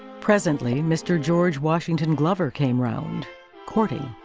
presently, mr. george washington glover came round courting.